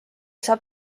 saab